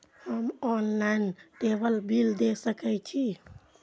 हम online table bill दे सके छी?